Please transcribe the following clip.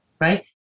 right